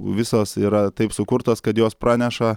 visos yra taip sukurtos kad jos praneša